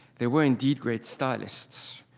they were, indeed, great stylists.